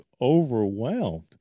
overwhelmed